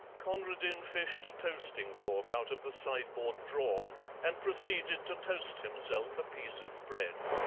conradin fished a toasting-fork out of the sideboard drawer and proceeded to toast himself a piece of bread.